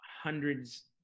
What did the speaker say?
hundreds